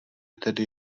tedy